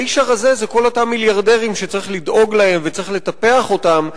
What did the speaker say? האיש הרזה זה כל אותם מיליארדרים שצריך לדאוג להם וצריך לטפח אותם,